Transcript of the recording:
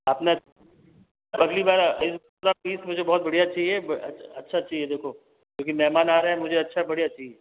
अपने अगली बार इस बार पीस मुझे बहुत बढ़िया चाहिए अच्छा चाहिए देखो क्योंकि मेहमान आ रहे है मुझे अच्छा बढ़िया चाहिए